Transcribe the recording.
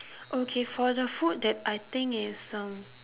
okay for the food that I think is um